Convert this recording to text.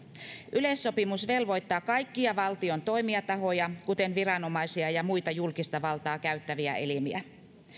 yleissopimus velvoittaa kaikkia valtion toimijatahoja kuten viranomaisia ja muita julkista valtaa käyttäviä elimiä